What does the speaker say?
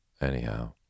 Anyhow